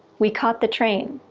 we caught the train!